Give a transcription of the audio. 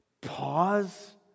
Pause